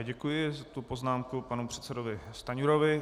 Děkuji za tuto poznámku panu předsedovi Stanjurovi.